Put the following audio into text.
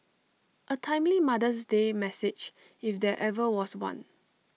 A timely mother's day message if there ever was one